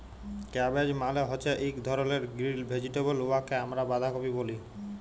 cabbage মালে হছে ইক ধরলের গিরিল ভেজিটেবল উয়াকে আমরা বাঁধাকফি ব্যলি